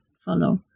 follow